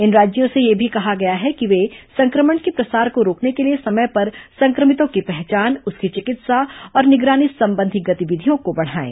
इन राज्यों से यह भी कहा गया है कि वे संक्रमण के प्रसार को रोकने के लिए समय पर संक्रमितों की पहचान उसकी चिकित्सा और निगरानी संबंधी गतिविधियों को बढाएं